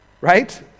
right